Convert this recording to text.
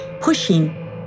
pushing